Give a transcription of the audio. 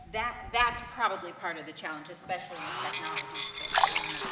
that's that's probably part of the challenge, especially in the technology space. i don't